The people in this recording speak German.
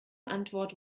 antwort